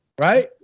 right